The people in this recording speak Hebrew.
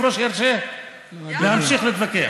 ענת, את אוהבת להתווכח?